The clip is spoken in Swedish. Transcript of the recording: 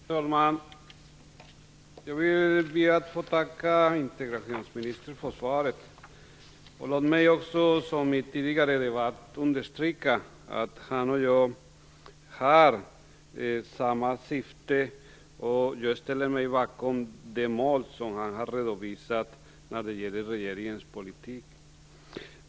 Fru talman! Jag vill be att få tacka integrationsministern för svaret. Låt mig som i den tidigare debatten understryka att han och jag har samma syfte. Jag ställer mig bakom de mål som han har redovisat när det gäller regeringens politik.